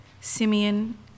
Simeon